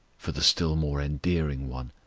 for the still more endearing one,